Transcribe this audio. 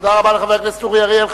תודה רבה לחבר הכנסת אורי אריאל.